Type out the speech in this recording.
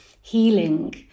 healing